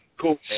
Cool